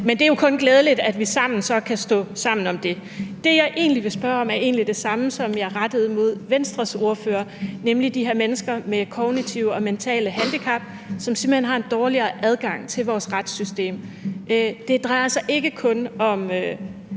Men det er jo kun glædeligt, at vi så sammen kan stå sammen om det. Det, som jeg vil spørge om, er egentlig det samme spørgsmål, som jeg rettede til Venstres ordfører, nemlig om de her mennesker med kognitive og mentale handicap, som simpelt hen har en dårligere adgang til vores retssystem. Det drejer sig ikke kun om